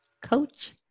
Coach